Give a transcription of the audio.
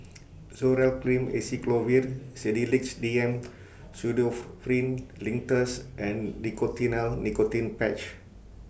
Zoral Cream Acyclovir Sedilix D M Pseudoephrine Linctus and Nicotinell Nicotine Patch